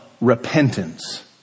repentance